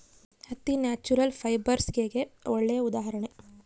ಹತ್ತಿ ನ್ಯಾಚುರಲ್ ಫೈಬರ್ಸ್ಗೆಗೆ ಒಳ್ಳೆ ಉದಾಹರಣೆ